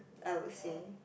I would say